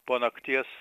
po nakties